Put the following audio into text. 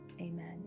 Amen